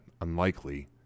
unlikely